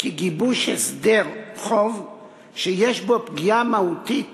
כי גיבוש הסדר חוב שיש בו פגיעה מהותית